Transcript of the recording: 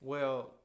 Well-